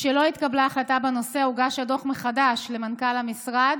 משלא התקבלה החלטה בנושא הוגש הדוח מחדש למנכ"ל המשרד